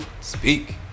Speak